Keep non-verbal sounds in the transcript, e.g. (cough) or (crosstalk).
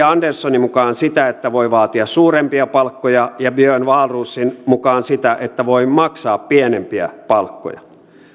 (unintelligible) anderssonin mukaan sitä että voi vaatia suurempia palkkoja ja björn wahlroosin mukaan sitä että voi maksaa pienempiä palkkoja